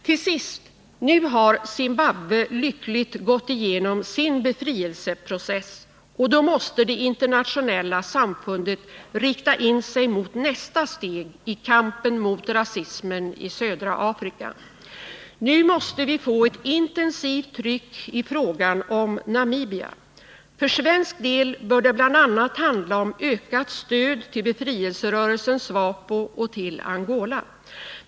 Till sist: Nu har Zimbabwe lyckligt gått igenom sin befrielseprocess. Då måste det inernationella samfundet rikta in sig mot nästa steg i kampen mot rasismen i södra Afrika. Nu måste vi få ett intensivt tryck i fråga om Namibia. För svensk del bör det bl.a. handla om ökat stöd till befrielserörelsen SWAPO och till Angola.